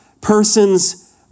person's